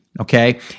Okay